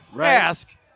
ask